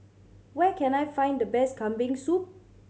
where can I find the best Kambing Soup